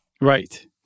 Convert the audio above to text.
Right